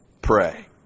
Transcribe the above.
pray